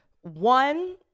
One